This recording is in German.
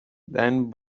dein